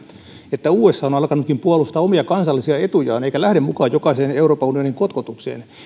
että usa on alkanutkin puolustaa omia kansallisia etujaan eikä lähde mukaan jokaiseen euroopan unionin kotkotukseen